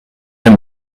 mehr